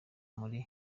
muri